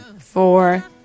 four